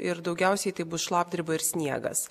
ir daugiausiai tai bus šlapdriba ir sniegas